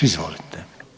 Izvolite.